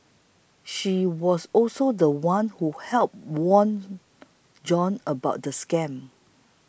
she was also the one who helped warn John about the scam